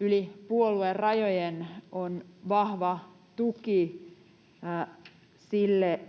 yli puoluerajojen on vahva tuki sille